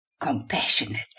compassionate